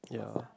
yeah